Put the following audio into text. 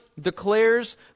declares